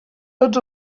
tots